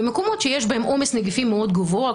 במקומות שיש בהם עומס נגיפי מאוד גבוה,